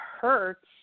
hurts